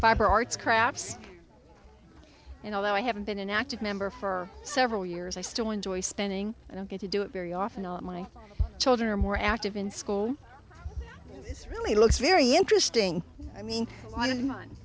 fiber arts crafts and although i haven't been an active member for several years i still enjoy spending i don't get to do it very often my children are more active in school is really looks very interesting i mean i don't min